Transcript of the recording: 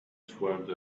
toward